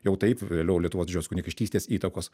jau taip vėliau lietuvos didžiosios kunigaikštystės įtakos